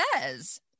says